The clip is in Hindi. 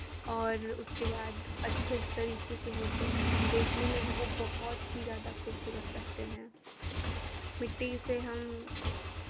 और उसके बाद अच्छे तरीके के होते हैं देखने में भी वो बहुत ही ज़्यादा खूबसूरत लगते हैं मिट्टी से हम